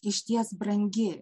išties brangi